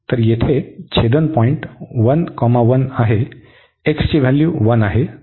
तर येथे छेदनपॉईंट 11 आहे x ची व्हॅल्यू 1 आहे